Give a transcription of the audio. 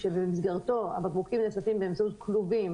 שבמסגרתו הבקבוקים נאספים באמצעות כלובים